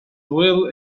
well